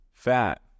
Fat